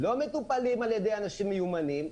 הם לא מטופלים על-ידי אנשים מיומנים,